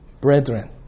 brethren